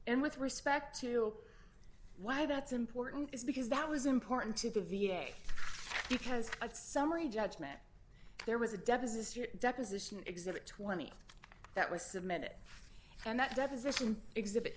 and with respect to why that's important is because that was important to the v a because of summary judgment there was a deposition deposition exhibit twenty that was submitted and that deposition exhibit